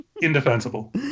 Indefensible